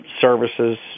services